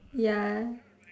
ya